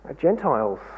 Gentiles